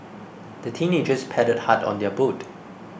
the teenagers paddled hard on their boat